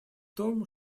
том